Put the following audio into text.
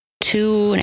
two